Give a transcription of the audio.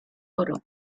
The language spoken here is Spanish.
oro